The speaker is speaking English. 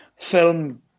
Film